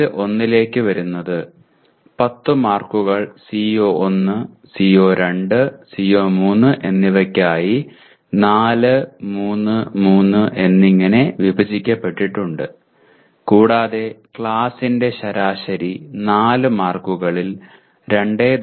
test 1 ലേക്ക് വരുന്നത് 10 മാർക്കുകൾ CO1 CO2 CO3 കൾക്കായി 4 3 3 എന്നിങ്ങനെ വിഭജിക്കപ്പെട്ടിട്ടുണ്ട് കൂടാതെ ക്ലാസിന്റെ ശരാശരി 4 മാർക്കുകളിൽ 2